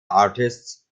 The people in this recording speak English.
artists